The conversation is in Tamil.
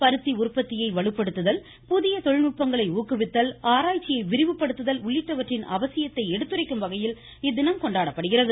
பருத்தி உற்பத்தியை வலுப்படுத்துதல் புதிய தொழில்நுட்பங்களை ஊக்குவித்தல் ஆராய்ச்சியை விரிவுபடுத்துதல் உள்ளிட்டவற்றின் அவசியத்தை எடுத்துரைக்கும் வகையில் இத்தினம் கொண்டாடப்படுகிறது